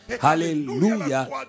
Hallelujah